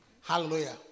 Hallelujah